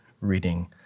reading